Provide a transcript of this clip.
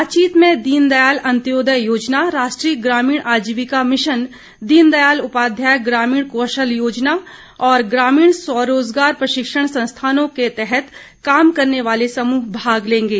बातचीत में दीनदयाल अन्त्योदय योजना राष्ट्रीय ग्रामीण आजीविका मिशन दीनदयाल उपाध्याय ग्रामीण कौशल योजना और ग्रामीण स्व रोजगार प्रशिक्षण संस्थानों के तहत काम करने वाले समूह भाग लेंगे